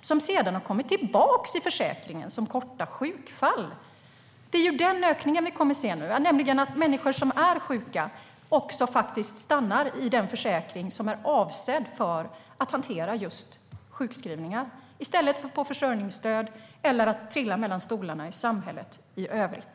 som sedan har kommit tillbaka i försäkringen som korta sjukfall. Det är ju den ökningen som vi kommer att se nu, nämligen att människor som är sjuka stannar i den försäkring som är avsedd för att hantera sjukskrivningar i stället för försörjningsstöd eller att trilla mellan stolarna i samhället i övrigt.